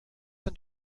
and